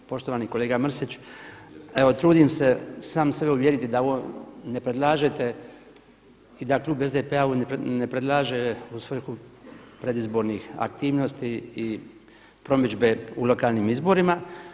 Poštovani kolega Mrsić, evo trudim se sam sebe uvjeriti da ne predlažete i da Klub SDP-a ovo ne predlaže u svrhu predizbornih aktivnosti i promidžbe u lokalnim izborima.